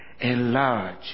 enlarge